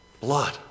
Blood